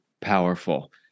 powerful